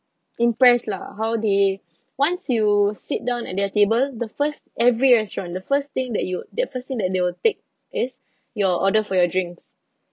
impressed lah how they once you sit down at their table the first every restaurant the first thing that you the first thing that they will take is your order for your drinks